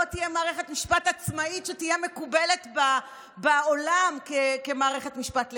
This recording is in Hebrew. לא תהיה מערכת משפט עצמאית שתהיה מקובלת בעולם כמערכת משפט לגיטימית.